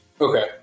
Okay